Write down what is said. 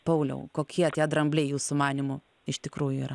pauliau kokie tie drambliai jūsų manymu iš tikrųjų yra